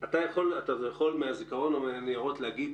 אתה יכול מהזיכרון או מהניירות להגיד